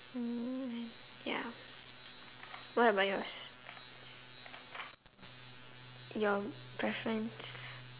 mm ya what about yours your preference